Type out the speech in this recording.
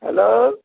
hello